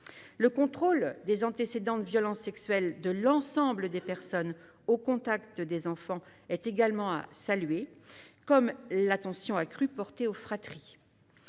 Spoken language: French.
Le contrôle des antécédents de violences sexuelles de l'ensemble des personnes au contact des enfants mérite également d'être salué, comme l'attention accrue portée aux fratries